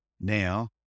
now